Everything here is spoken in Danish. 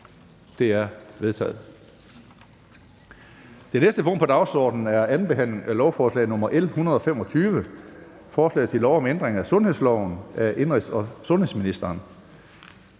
Det er vedtaget. --- Det næste punkt på dagsordenen er: 10) 2. behandling af lovforslag nr. L 125: Forslag til lov om ændring af sundhedsloven. (Etablering af lettilgængeligt